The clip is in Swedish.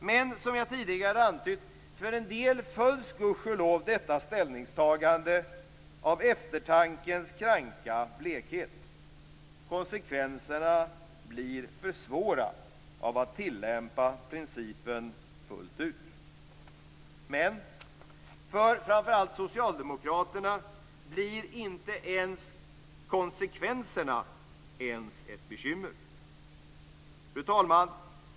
Men, som jag tidigare antytt, för en del följs, gudskelov, detta ställningstagande av eftertankens kranka blekhet. Konsekvenserna av att tillämpa principen fullt ut blir för svåra. För framför allt Socialdemokraterna blir inte ens konsekvenserna ett bekymmer. Fru talman!